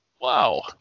Wow